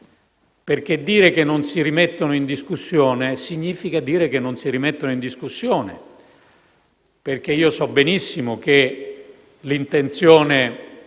accordi. Dire che non si rimettono in discussione significa dire che non si rimettono in discussione. So benissimo che l'intenzione